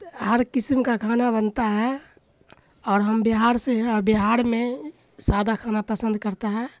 ہر قسم کا کھانا بنتا ہے اور ہم بہار سے ہیں اور بہار میں سادہ کھانا پسند کرتا ہے